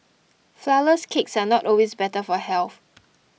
Flourless Cakes are not always better for health